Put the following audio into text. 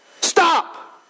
Stop